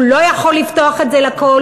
הוא לא יכול לפתוח את זה לכול.